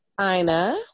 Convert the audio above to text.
Ina